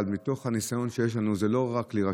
אבל מתוך הניסיון שיש לנו, זה לא רק להירשם.